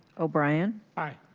o'brien. aye.